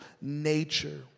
nature